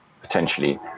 potentially